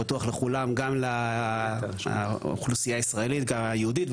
פתוח לכולם גם לאוכלוסייה הישראלית היהודית,